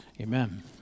Amen